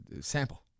sample